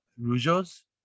rujo's